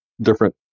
Different